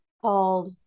called